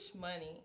money